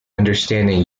understanding